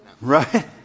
Right